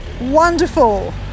Wonderful